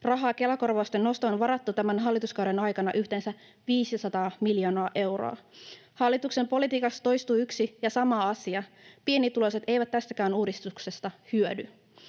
Rahaa Kela-korvausten nostoon on varattu tämän hallituskauden aikana yhteensä 500 miljoonaa euroa. Hallituksen politiikassa toistuu yksi ja sama asia: pienituloiset eivät tästäkään uudistuksesta hyödy.